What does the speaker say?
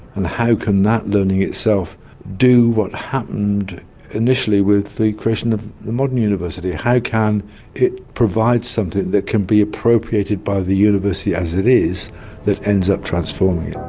and how can that learning itself do what happened initially with the creation of the modern university, how can it provide something that can be appropriated by the university as it is that ends up transforming it?